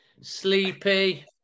sleepy